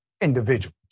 individuals